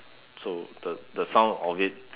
so the the sound of it